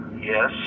Yes